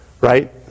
right